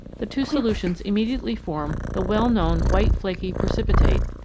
the two solutions immediately form the well-known white, flaky precipitate,